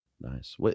Nice